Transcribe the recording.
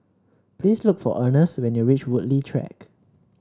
please look for Ernest when you reach Woodleigh Track